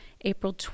April